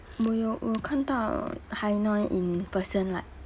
没有我看到 hai noi in person like